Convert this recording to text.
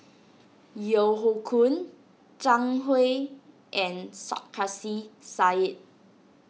Yeo Hoe Koon Zhang Hui and Sarkasi Said